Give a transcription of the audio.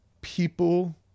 people